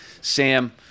Sam